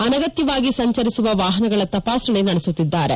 ಅನಗತ್ವವಾಗಿ ಸಂಚರಿಸುವ ವಾಹನಗಳ ತಪಾಸಣೆ ನಡೆಸುತ್ತಿದ್ದಾರೆ